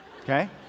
okay